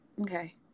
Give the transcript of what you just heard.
okay